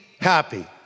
happy